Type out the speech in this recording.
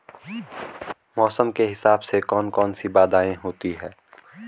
मौसम के हिसाब से कौन कौन सी बाधाएं होती हैं?